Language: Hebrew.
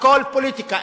הכול פוליטיקה.